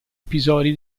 episodi